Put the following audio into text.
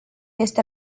este